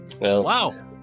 wow